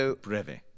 Breve